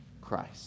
Christ